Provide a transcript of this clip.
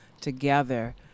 together